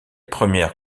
première